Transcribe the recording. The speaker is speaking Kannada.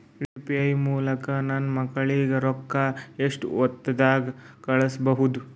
ಯು.ಪಿ.ಐ ಮೂಲಕ ನನ್ನ ಮಕ್ಕಳಿಗ ರೊಕ್ಕ ಎಷ್ಟ ಹೊತ್ತದಾಗ ಕಳಸಬಹುದು?